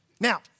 Now